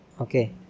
Okay